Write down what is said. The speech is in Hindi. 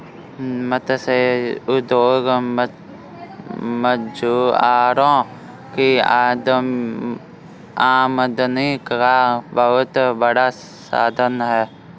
मत्स्य उद्योग मछुआरों की आमदनी का बहुत बड़ा साधन है